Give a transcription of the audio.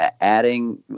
adding